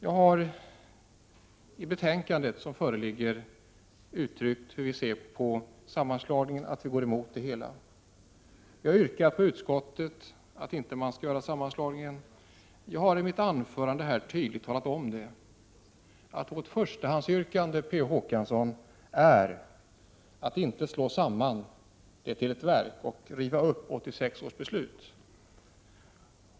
I det föreliggande betänkandet redovisas hur vi ser på sammanslagningen, att vi går emot det hela. I utskottet yrkade jag på att man inte skulle göra någon sammanslagning. I mitt anförande här i kammaren har jag tydligt framhållit att vårt förstahandsyrkande, Per Olof Håkansson, är att inte göra någon sammanslagning och riva upp 1986 års beslut.